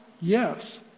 yes